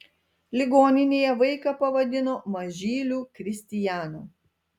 ligoninėje vaiką pavadino mažyliu kristijanu